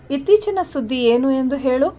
ಇತ್ತೀಚಿನ ಸುದ್ದಿ ಏನು ಎಂದು ಹೇಳು